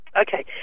Okay